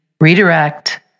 redirect